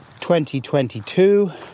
2022